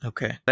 Okay